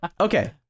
Okay